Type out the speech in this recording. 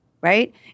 right